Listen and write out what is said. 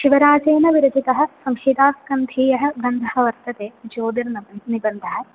शिवराजेन विरचितः संहितास्कन्धीयः ग्रन्थः वर्तते ज्योतिर्न निबन्धः